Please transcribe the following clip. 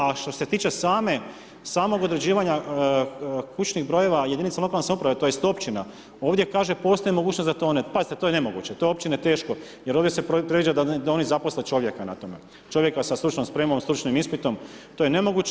A što se tiče samog određivanja kućnih brojeva, jedinice lokalne samouprave, tj. općina, ovdje kaže, postoje mogućnost da tone, pazite to je nemoguće, to općine teško, jer ovdje se određuje da one zaposle čovjeka na tome, čovjeka sa stručnom spremom, stručnim ispitom to ne nemoguće.